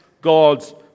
God's